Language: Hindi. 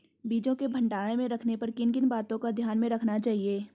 बीजों को भंडारण में रखने पर किन किन बातों को ध्यान में रखना चाहिए?